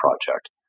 project